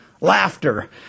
Laughter